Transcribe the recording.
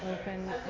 open